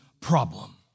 problem